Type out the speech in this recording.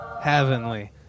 heavenly